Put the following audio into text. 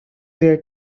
there